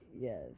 Yes